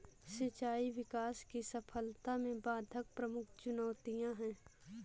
सिंचाई विकास की सफलता में बाधक प्रमुख चुनौतियाँ है